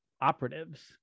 operatives